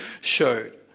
showed